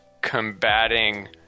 combating